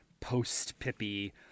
post-Pippi